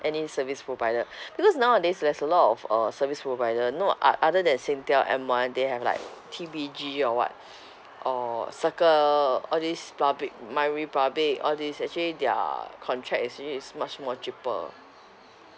any service provider because nowadays there's a lot of uh service provider know uh other than singtel M one they have like T_P_G or what or circle all these public myrepublic all these actually their contract is actually is much more cheaper